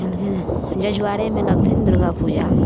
अँ हँ जजुआरेमे लगथिन दुर्गापूजा